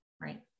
Right